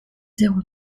zéro